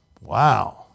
Wow